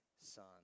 Son